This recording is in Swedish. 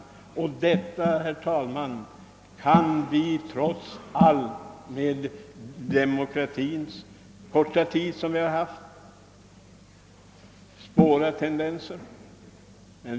Någon sådan tendens kan vi inte heller spåra trots den korta tid av demokratiskt styre vi haft.